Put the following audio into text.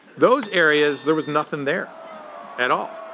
those areas, there was nothing there at all.